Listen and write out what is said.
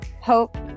hope